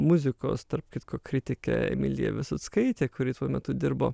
muzikos tarp kitko kritike emilija visockaite kuri tuo metu dirbo